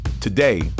Today